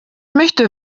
möchte